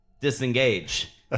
disengage